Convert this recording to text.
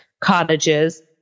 cottages